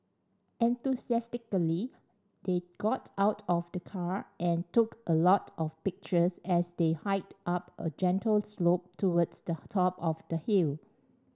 enthusiastically they got out of the car and took a lot of pictures as they hiked up a gentle slope towards the top of the hill